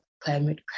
climate